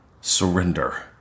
Surrender